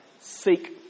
seek